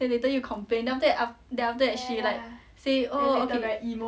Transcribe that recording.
then later 又 complain then after that ah then after that she like say oh okay actually